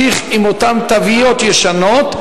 להמשיך עם אותן תוויות ישנות,